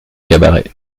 cabarets